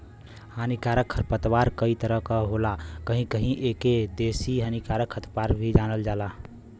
हानिकारक खरपतवार कई तरह क होला कहीं कहीं एके देसी हानिकारक खरपतवार भी जानल जाला